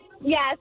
Yes